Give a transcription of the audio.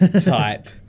type